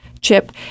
chip